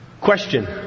Question